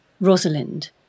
Rosalind